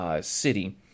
city